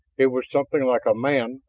it was something like a man.